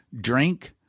drink